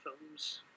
films